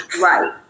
right